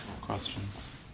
questions